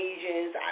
Asians